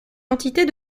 entités